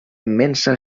immensa